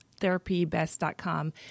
TherapyBest.com